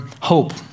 hope